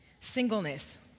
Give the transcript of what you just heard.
singleness